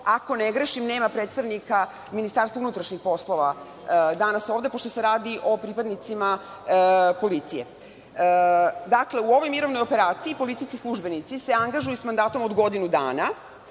ako ne grešim, nema predstavnika MUP-a ovde, pošto se radi o pripadnicima policije. Dakle, u ovoj mirovnoj operaciji policijski službenici se angažuju sa mandatom od godinu dana.